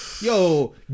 Yo